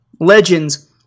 Legends